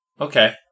Okay